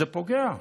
זה פוגע.